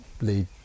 lead